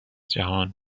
جهان